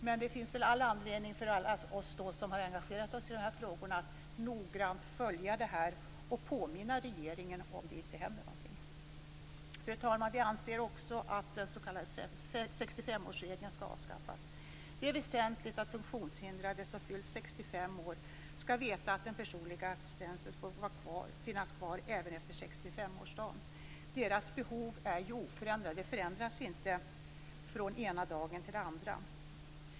Men det finns väl all anledning för alla oss som har engagerat oss i frågan att noggrant följa den och påminna regeringen om det inte händer någonting. Fru talman! Vi anser också att den s.k. 65 årsreglen skall avskaffas. Det är väsentligt att funktionshindrade som fyllt 65 år skall veta att den personliga assistansen får finnas kvar även efter 65 årsdagen. Deras behov är ju oförändrade. De förändras inte från den ena dagen till den andra.